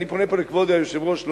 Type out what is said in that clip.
אני פונה פה אל כבוד היושב-ראש.